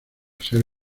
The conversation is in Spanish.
ser